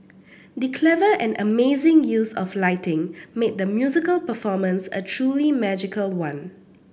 the clever and amazing use of lighting made the musical performance a truly magical one